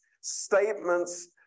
statements